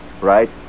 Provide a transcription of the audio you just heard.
right